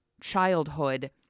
childhood